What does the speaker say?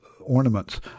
ornaments